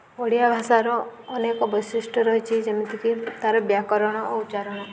ଓଡ଼ିଆ ଭାଷାର ଅନେକ ବୈଶିଷ୍ଟ୍ୟ ରହିଛିି ଯେମିତିକି ତା'ର ବ୍ୟାକରଣ ଓ ଉଚ୍ଚାରଣ